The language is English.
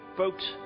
folks